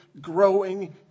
growing